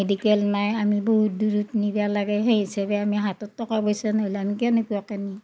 medical নাই আমি বহুত দূৰত নিব লাগে সেই হিচাপে আমি হাতত টকা পইচা নহ'লে আমি কেনেকুৱাকে নিম